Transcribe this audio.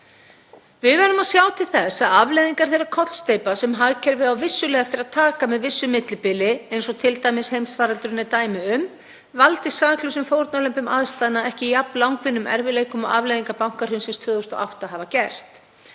Við verðum að sjá til þess að afleiðingar þeirra kollsteypna sem hagkerfið á vissulega eftir að taka með vissu millibili, eins og t.d. heimsfaraldurinn er dæmi um, valdi saklausum fórnarlömbum aðstæðna ekki jafn langvinnum erfiðleikum og afleiðingar bankahrunsins 2008 hafa gert.